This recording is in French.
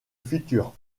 futur